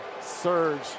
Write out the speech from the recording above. surge